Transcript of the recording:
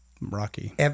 rocky